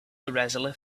irresolute